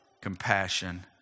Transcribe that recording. compassion